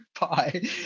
bye